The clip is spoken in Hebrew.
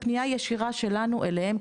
זו פנייה ישירה שלנו אליהם.